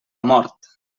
mort